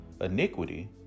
Iniquity